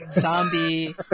Zombie